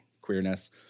queerness